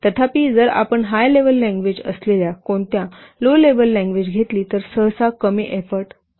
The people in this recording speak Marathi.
तथापि जर आपण हाय लेव्हलची लँग्वेज असलेल्या कोणत्या लो लेव्हलची लँग्वेज घेतली तर सहसा कमी एफोर्ट करतो